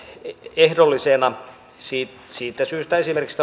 ehdollisena siitä siitä syystä esimerkiksi